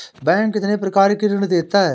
Bank कितने प्रकार के ऋण देता है?